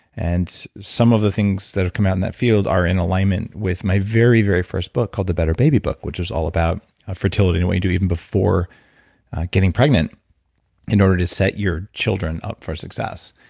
and some of the things that have come out in that field are in alignment with my very very first book called the better baby book which is all about fertility and what you do even before getting pregnant in order to set your children up for success.